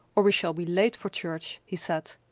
or we shall be late for church, he said.